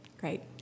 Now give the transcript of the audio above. Great